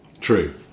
True